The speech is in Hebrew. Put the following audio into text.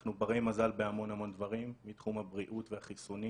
אנחנו ברי מזל בהמון דברים מתחום הבריאות והחיסונים,